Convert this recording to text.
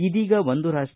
ಇದೀಗ ಒಂದು ರಾಷ್ಟ